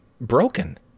broken